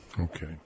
Okay